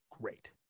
Great